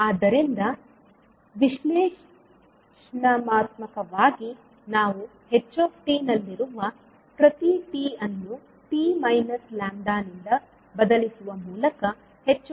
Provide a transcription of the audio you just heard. ಆದ್ದರಿಂದ ವಿಶ್ಲೇಷಣಾತ್ಮಕವಾಗಿ ನಾವು ℎ𝑡 ನಲ್ಲಿರುವ ಪ್ರತಿ 𝑡 ಅನ್ನು 𝑡 𝜆 ನಿಂದ ಬದಲಿಸುವ ಮೂಲಕ ℎ𝑡 𝜆 ಪಡೆಯುತ್ತೇವೆ